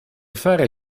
fare